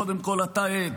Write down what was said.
קודם כול, אתה עד,